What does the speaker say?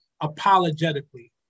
apologetically